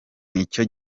nicyo